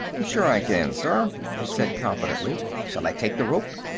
sure i can, sir, he said confidently. shall i take the rope?